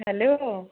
hello